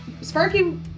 Sparky